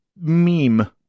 meme